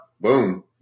boom